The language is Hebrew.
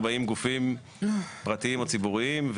40 גופים פרטיים או ציבוריים,